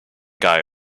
guy